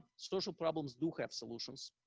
social problems do have solutions,